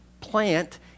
plant